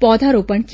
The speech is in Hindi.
पौधारोपण किया